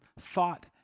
thought